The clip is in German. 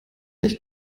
echt